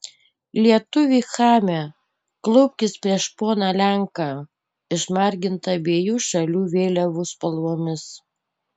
lietuvi chame klaupkis prieš poną lenką išmargintą abiejų šalių vėliavų spalvomis